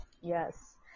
Yes